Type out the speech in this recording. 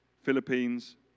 Philippines